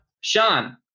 Sean